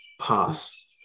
pass